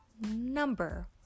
number